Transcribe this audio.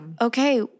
okay